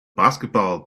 basketball